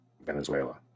Venezuela